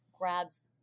grabs